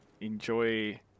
enjoy